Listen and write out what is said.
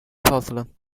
puzzling